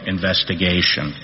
investigation